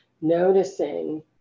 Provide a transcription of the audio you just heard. noticing